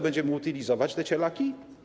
Będziemy utylizować te cielaki?